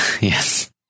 Yes